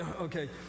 Okay